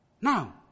Now